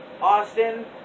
Austin